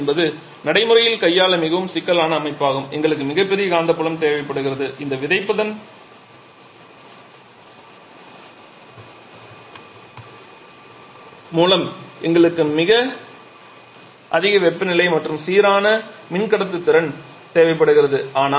MHD என்பது நடைமுறையில் கையாள மிகவும் சிக்கலான அமைப்பாகும் எங்களுக்கு மிகப்பெரிய காந்தப்புலம் தேவைப்படுகிறது இந்த சீடிங்க் மூலம் எங்களுக்கு மிக அதிக வெப்பநிலை மற்றும் சீரான மின் கடத்துத்திறன் தேவைப்படுகிறது